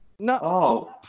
No